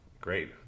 Great